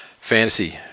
Fantasy